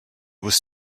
was